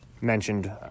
mentioned